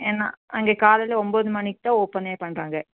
ஏன்னா அங்கே காலையில் ஒம்போது மணிக்கு தான் ஓப்பனே பண்ணுறாங்க